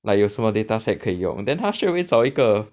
like 有什么 data set 可以用 then 他 straightaway 找一个